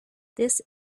this